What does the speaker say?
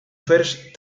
first